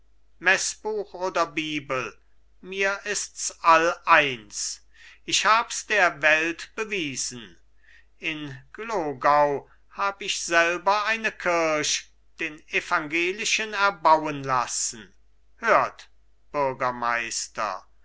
meßbuch oder bibel mir ists all eins ich habs der welt bewiesen in glogau hab ich selber eine kirch den evangelischen erbauen lassen hört